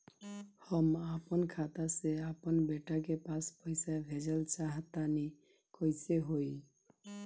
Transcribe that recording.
हम आपन खाता से आपन बेटा के पास पईसा भेजल चाह तानि कइसे होई?